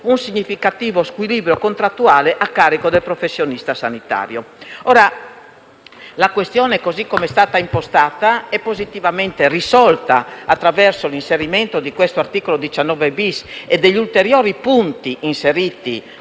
un significativo squilibrio contrattuale a carico del professionista sanitario.